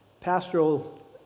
pastoral